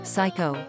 Psycho